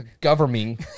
Governing